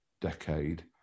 decade